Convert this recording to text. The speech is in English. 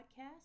Podcast